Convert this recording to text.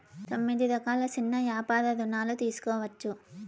తొమ్మిది రకాల సిన్న యాపార రుణాలు తీసుకోవచ్చు